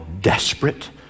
desperate